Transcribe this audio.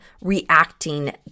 reacting